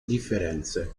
differenze